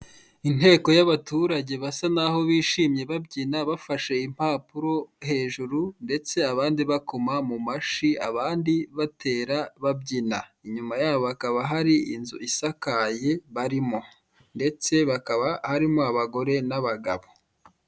Inteko y'abaturage basa nk'aho bishimye babyina, bafashe impapuro hejuru ndetse abandi bakoma mu mashyi, abandi batera babyina. Inyuma yabo hakaba hari inzu isakaye barimo, ndetse hakaba harimo abagore n'abagabo.